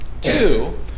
Two